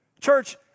Church